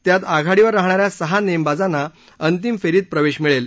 त्यात आघाडीवर राहणा या सहा नेमबाजांना अंतिम फेरीत प्रवेश मिळेल